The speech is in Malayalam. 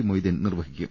മൊയ്തീൻ നിർവഹിക്കും